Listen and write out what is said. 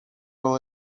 will